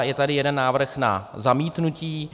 Je tady jeden návrh na zamítnutí.